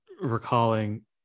recalling